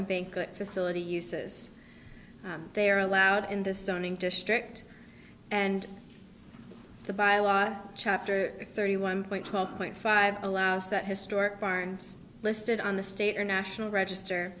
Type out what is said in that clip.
and bank facility uses they are allowed in the stunning district and the by law chapter thirty one point twelve point five allows that historic barns listed on the state or national register